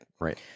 Right